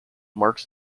marks